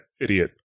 idiot